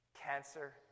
cancer